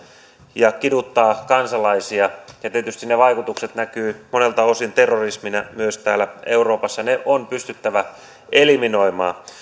ja kiduttaa kansalaisia ja tietysti ne vaikutukset näkyvät monelta osin terrorismina myös täällä euroopassa ne on pystyttävä eliminoimaan